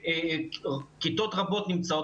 לדעתי,